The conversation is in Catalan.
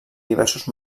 diversos